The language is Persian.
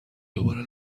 دوباره